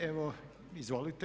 Evo izvolite.